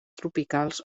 tropicals